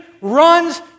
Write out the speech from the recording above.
runs